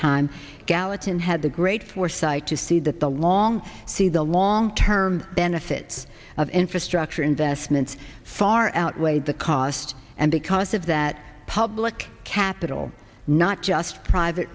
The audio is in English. time gallatin had the great foresight to see that the long see the long term benefits of infrastructure investments far outweighed the cost and because of that public capital not just private